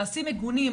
מעשים מגונים,